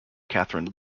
catherine